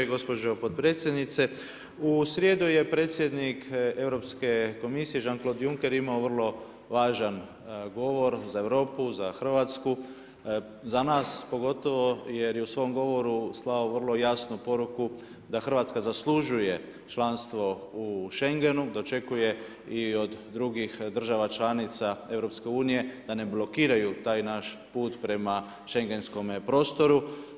Gospođo potpredsjednice, u srijedu je predsjednik Europske komisije Jean Claude Juncker imao vrlo važan govor za Europu, za Hrvatsku, za nas pogotovo jer je u svom govoru slao vrlo jasnu poruku da Hrvatska zaslužuje članstvo u Schengenu, da očekuje i od drugih država članica EU-a da ne blokiraj taj naš put prema schengenskome prostoru.